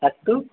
अस्तु